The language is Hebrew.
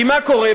כי מה קורה?